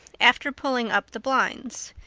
after pulling up the blinds.